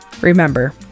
Remember